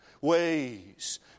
ways